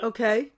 Okay